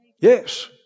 Yes